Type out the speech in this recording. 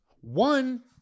one